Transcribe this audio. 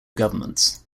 governments